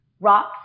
rocks